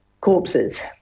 corpses